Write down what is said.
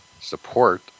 support